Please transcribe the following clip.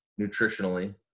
nutritionally